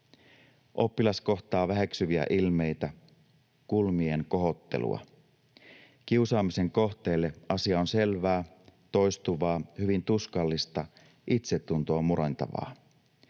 Oppilas kohtaa väheksyviä ilmeitä, kulmien kohottelua. Kiusaamisen kohteelle asia on selvää, toistuvaa, hyvin tuskallista, itsetuntoa murentavaa.